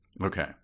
okay